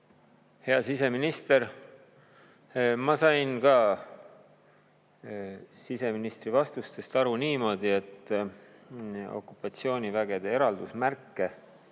Hea siseminister! Ma sain ka siseministri vastustest aru niimoodi, et okupatsioonivägede eraldusmärke